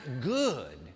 good